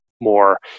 more